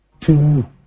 two